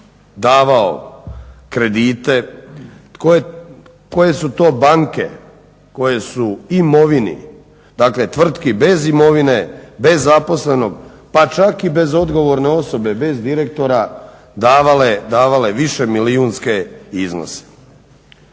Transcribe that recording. davao kredite, koje su to banke koje su imovini, dakle tvrtki bez imovine, bez zaposlenog, pa čak i bez odgovorne osobe, bez direktora davale više milijunske iznose?